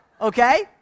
okay